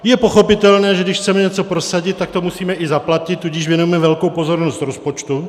Je pochopitelné, že když chceme něco prosadit, tak to musíme i zaplatit, tudíž věnujeme velkou pozornost rozpočtu.